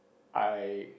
I